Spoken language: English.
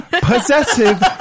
possessive